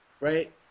right